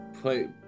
play